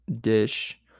dish